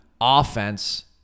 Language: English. offense